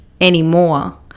anymore